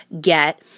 get